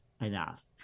enough